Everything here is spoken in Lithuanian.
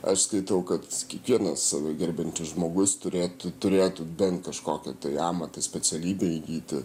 aš skaitau kad kiekvienas save gerbiantis žmogus turėtų turėtų bent kažkokią tai amatą specialybei įgyti